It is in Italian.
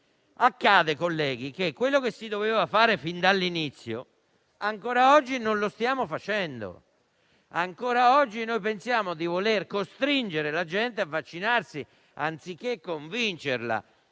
quindi, colleghi, che quello che si doveva fare fin dall'inizio, ancora oggi non lo stiamo facendo; ancora oggi pensiamo di voler costringere la gente a vaccinarsi anziché convincerla.